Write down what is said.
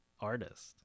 artist